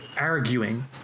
arguing